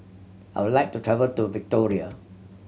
I would like to travel to Victoria